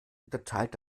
unterteilt